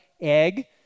egg